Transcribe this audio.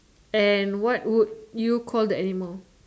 and what would you call the animal